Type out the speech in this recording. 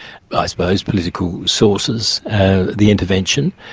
i suppose, political sources the intervention,